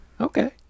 Okay